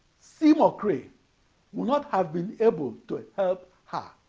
seymour cray would not have been able to her her